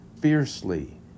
fiercely